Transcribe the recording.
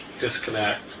disconnect